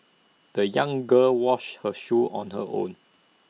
the young girl washed her shoes on her own